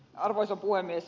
arvoisa puhemies